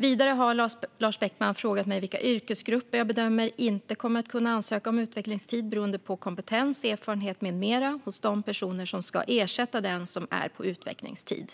Vidare har Lars Beckman frågat mig vilka yrkesgrupper jag bedömer inte kommer att kunna ansöka om utvecklingstid beroende på kompetens, erfarenhet med mera hos de personer som ska ersätta den som är på utvecklingstid.